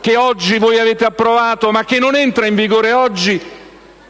che oggi voi avete approvato, ma che non entra in vigore oggi?